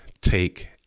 take